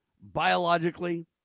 biologically